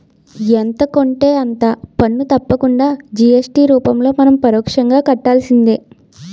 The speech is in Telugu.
ఎంత కొంటే అంత పన్ను తప్పకుండా జి.ఎస్.టి రూపంలో మనం పరోక్షంగా కట్టాల్సిందే